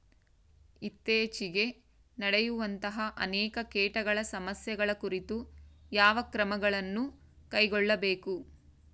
ಇತ್ತೇಚಿಗೆ ನಡೆಯುವಂತಹ ಅನೇಕ ಕೇಟಗಳ ಸಮಸ್ಯೆಗಳ ಕುರಿತು ಯಾವ ಕ್ರಮಗಳನ್ನು ಕೈಗೊಳ್ಳಬೇಕು?